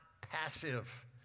passive